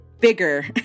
bigger